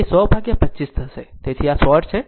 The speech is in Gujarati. તેથી i3 0 એ 100 ભાગ્યા 25 થશે તેથી કારણ કે આ શોર્ટ છે